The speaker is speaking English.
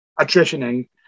attritioning